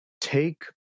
take